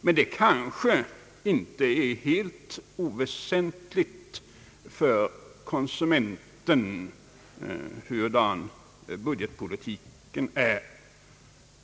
Det är kanske inte helt oväsentligt för konsumenten hurudan budget politiken är.